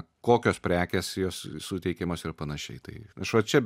kokios prekės jos suteikiamos ir panašiai tai aš va čia